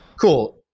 cool